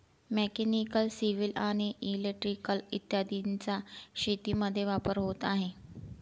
mechanical, civil आणि electrical इत्यादींचा शेतीमध्ये वापर होत आहे